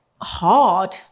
hard